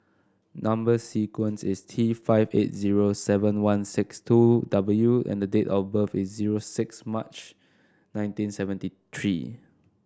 number sequence is T five eight zero seven one six two W and the date of birth is zero six March nineteen seventy three